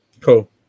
Cool